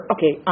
Okay